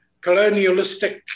colonialistic